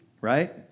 right